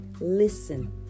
Listen